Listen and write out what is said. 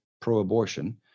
pro-abortion